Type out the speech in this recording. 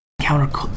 counter